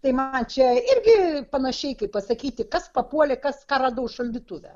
tai man čia irgi panašiai kaip pasakyti kas papuolė kas ką radau šaldytuve